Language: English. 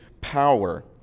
power